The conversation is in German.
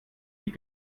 die